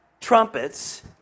trumpets